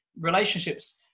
relationships